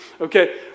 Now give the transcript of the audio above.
Okay